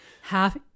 half